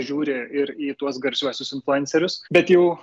žiūri ir į tuos garsiuosius influencerius bet jau